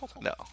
No